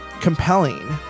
compelling